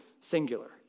singular